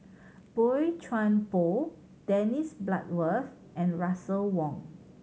Boey Chuan Poh Dennis Bloodworth and Russel Wong